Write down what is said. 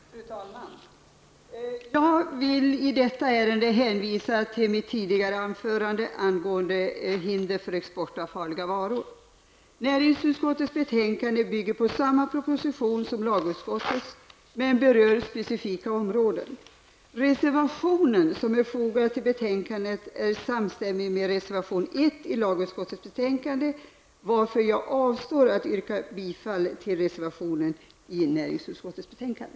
Fru talman! Jag vill i detta ärende hänvisa till mitt tidigare anförande angående hinder för export av farliga varor. Näringsutskottets betänkande bygger på samma proposition som lagutskottets, men berör specifika områden. Den reservation som är fogad till betänkandet är samstämmig med reservation 1 i lagutskottets betänkande, varför jag avstår från att yrka bifall till reservationen i näringsutskottets betänkande.